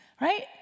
Right